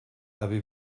avez